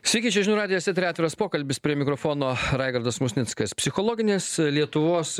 sveiki čia žinių radijas eteryje atviras pokalbis prie mikrofono raigardas musnickas psichologinės lietuvos